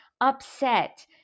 upset